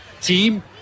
team